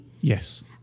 Yes